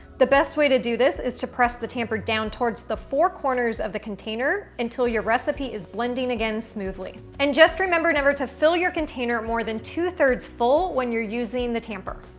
the best way to do this is to push the tamper down towards the four corners of the container until your recipes is blending again smoothly. and, just remember never to fill your container more than two three rds full when you're using the tamper.